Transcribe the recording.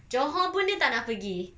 johor pun dia tak nak pergi